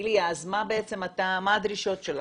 איליה, מה הדרישות שלכם?